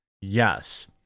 Yes